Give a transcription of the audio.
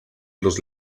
los